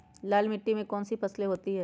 लाल मिट्टी में कौन सी फसल होती हैं?